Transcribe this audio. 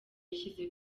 yashyize